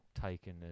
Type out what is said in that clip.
taken